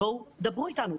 בואו תדברו איתנו.